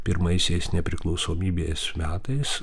pirmaisiais nepriklausomybės metais